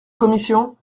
commission